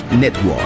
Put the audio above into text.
Network